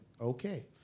okay